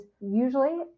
usually